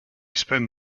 spend